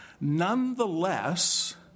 nonetheless